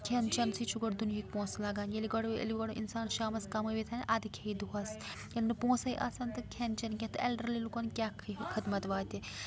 کھٮ۪ن چٮ۪نسٕے چھُ گۄڈٕ دُنِہکۍ پونٛسہٕ لگن ییٚلہِ گۄڈٕ ییٚلہِ گۄڈٕ اِنسان شامس کمٲوِتھ اَنہِ کھے دۄہس ییٚلہِ نہٕ پونٛسے آسان تہٕ کھٮ۪ن چھٮ۪ن کیٛاہ تہٕ اٮ۪لڈرلی لُکن کیٛاہ خٕدمت